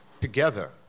together